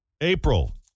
April